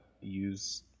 use